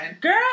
Girl